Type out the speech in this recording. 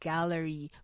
Gallery